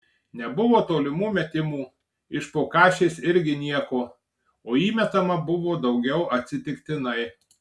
nebuvo tolimų metimų iš po kašės irgi nieko o įmetama buvo daugiau atsitiktinai